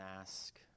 ask